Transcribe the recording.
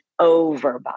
overbuy